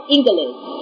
English